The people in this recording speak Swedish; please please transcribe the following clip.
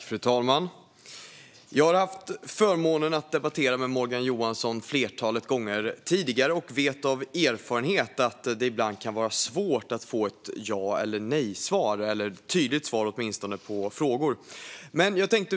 Fru talman! Jag har haft förmånen att debattera med Morgan Johansson ett flertal gånger tidigare och vet av erfarenhet att det ibland kan vara svårt att få ett ja eller nej-svar eller åtminstone ett tydligt svar på frågor.